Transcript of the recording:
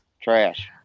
trash